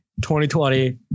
2020